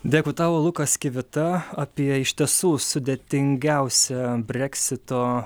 dėkui tau lukas kivita apie iš tiesų sudėtingiausią breksito